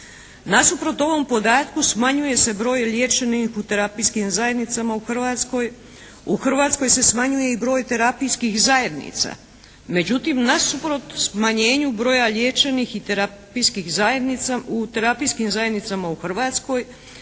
Nasuprot ovom podatku smanjuje se broj liječenih u terapijskim zajednicama u Hrvatskoj. U Hrvatskoj se smanjuje i broj terapijskih zajednica, međutim nasuprot smanjenju broja liječenih i terapijskih zajednica, u terapijskim zajednicama u Hrvatskoj